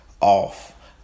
off